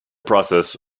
process